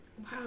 Wow